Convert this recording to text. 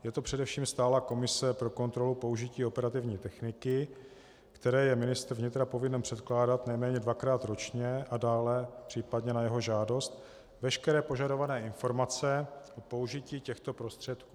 Je to především stálá komise pro kontrolu použití operativní techniky, které je ministr vnitra povinen předkládat nejméně dvakrát ročně a dále případně na jeho žádost veškeré požadované informace o použití těchto prostředků.